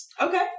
Okay